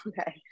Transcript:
Okay